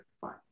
fine